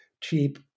cheap